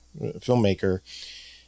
filmmaker